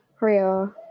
Real